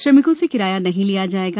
श्रमिकों से किराया नहीं लिया जायेगा